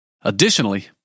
Additionally